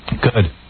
Good